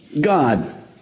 God